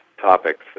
topics